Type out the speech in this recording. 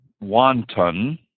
wanton